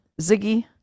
Ziggy